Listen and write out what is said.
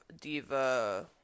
diva